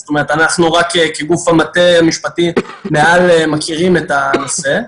זאת אומרת שאנחנו רק כגוף המטה המשפטי מעל מכירים את הנושא,